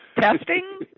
testing